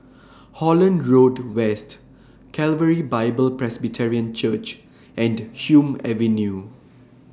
Holland Road West Calvary Bible Presbyterian Church and Hume Avenue